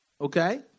Okay